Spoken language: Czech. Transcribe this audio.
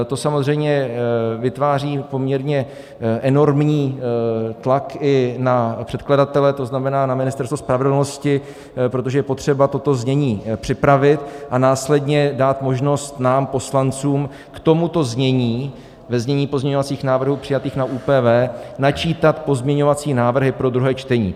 To samozřejmě vytváří poměrně enormní tlak i na předkladatele, to znamená na Ministerstvo spravedlnosti, protože je potřeba toto znění připravit a následně dát možnost nám poslancům k tomuto znění ve znění pozměňovacích návrhů přijatých na ÚPV načítat pozměňovací návrhy pro druhé čtení.